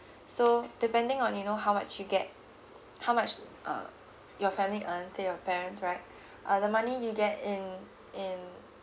so depending on you know how much you get how much uh your family earns say your parents right uh the money you get in in